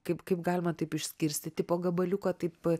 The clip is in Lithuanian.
kaip kaip galima taip išskirstyti po gabaliuką taip